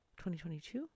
2022